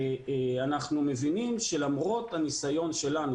אנחנו מבינים שלמרות הניסיון שלנו